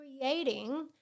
Creating